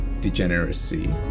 degeneracy